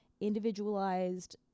individualized